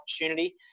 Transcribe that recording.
opportunity